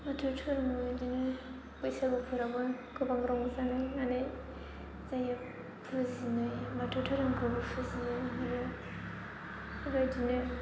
बाथौ धोरोमखौ बिदिनो बैसागुफोरावबो गोबां रंजायनाय मानाय जायो फुजिनाय बाथौ धोरोमखौ फुजियो आरो बेबायदिनो